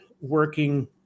working